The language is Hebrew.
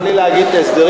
מותר לי להגיד את ההסדרים?